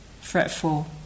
fretful